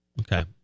Okay